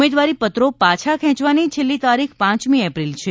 ઉમેદવારી પત્રો પાછા ખેંચવાની છેલ્લી તારીખ પાંચમી એપ્રિલ છે